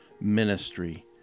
ministry